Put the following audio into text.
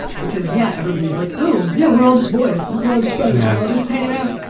because yeah, everybody is like oh, yeah we're all just boys, we're all just brothers, we're all just hanging out.